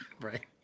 Right